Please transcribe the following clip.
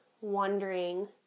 wondering